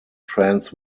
trans